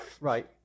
Right